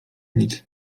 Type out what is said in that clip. nic